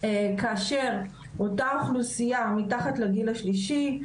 כאשר אותה אוכלוסייה מתחת לגיל השלישי,